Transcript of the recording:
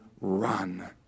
run